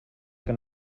que